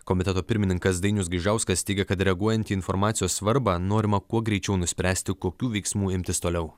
komiteto pirmininkas dainius gaižauskas teigia kad reaguojant į informacijos svarbą norima kuo greičiau nuspręsti kokių veiksmų imtis toliau